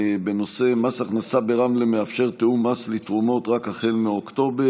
בנושא: מס הכנסה ברמלה מאפשר תיאום מס לתרומות רק מאוקטובר,